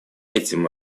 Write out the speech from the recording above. этим